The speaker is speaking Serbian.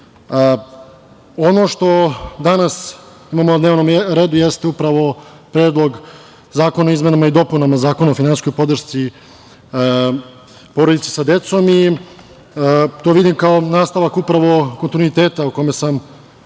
što danas imamo na dnevnom redu jeste upravo Predlog zakona o izmenama i dopunama Zakona o finansijskoj podršci porodici sa decom i to vidim kao nastavak upravo kontinuiteta o kome sam